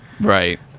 right